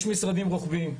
יש משרדים רוחביים,